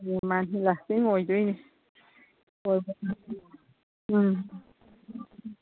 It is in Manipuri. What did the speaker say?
ꯂꯥꯁꯇꯤꯡ ꯑꯣꯏꯗꯣꯏꯅꯤ ꯍꯣꯏ ꯍꯣꯏ ꯎꯝ